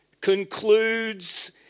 concludes